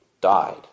died